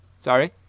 Sorry